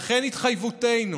לכן, התחייבותנו